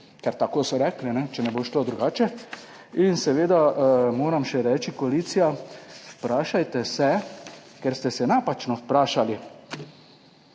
ker tako so rekli, če ne bo šlo drugače. In seveda moram še reči, koalicija, vprašajte se, ker ste se napačno vprašali,